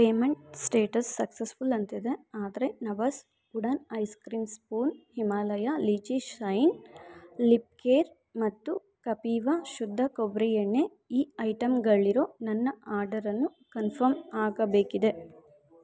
payment status successful ಅಂತಿದೆ ಆದರೆ ನವಾಸ್ wooden ice cream spoon Himalaya lychee shine lip care ಮತ್ತು ಕಪೀವಾ ಶುದ್ಧ ಕೊಬ್ಬರಿ ಎಣ್ಣೆ ಈ ಐಟಮ್ಗಳಿರೊ ನನ್ನ ಆರ್ಡರನ್ನು ಕನ್ಫರ್ಮ್ ಆಗಬೇಕಿದೆ